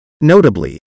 Notably